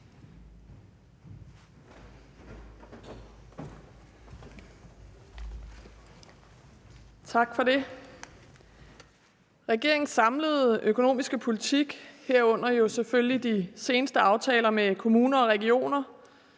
Tak for det. Regeringens samlede økonomiske politik, herunder jo selvfølgelig de seneste aftaler med kommuner og regioner,